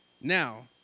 Now